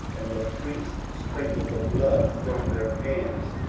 and the priests sprinkled the blood from their hands,